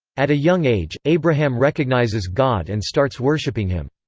at a young age, abraham recognizes god and starts worshipping him.